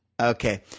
Okay